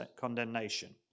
condemnation